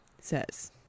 says